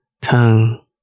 tongue